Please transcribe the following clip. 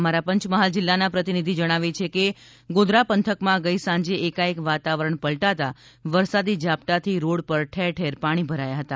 અમારા પંચમહાલ જિલ્લાના પ્રતિનિધિ જણાવે છે કે ગોધરા પંથકમાં ગઈ સાંજે એકાએક વાતાવરણ પલટાતા વરસાદી ઝાપટાંથી રોડ પર ઠેર ઠેર પાણી ભરાયા હતા